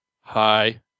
Hi